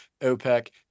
opec